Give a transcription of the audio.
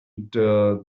der